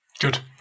Good